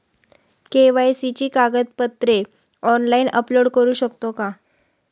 KYC ची कागदपत्रे online upload करू शकतो का?